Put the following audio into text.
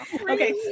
okay